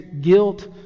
guilt